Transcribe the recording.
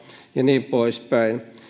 ja niin poispäin